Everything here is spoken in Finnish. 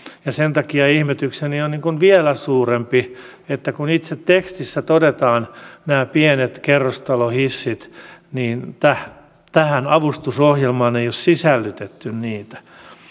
sen takia ihmetykseni on vielä suurempi kun itse tekstissä todetaan nämä pienet kerrostalohissit niin tähän tähän avustusohjelmaan ei ole sisällytetty niitä